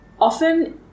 often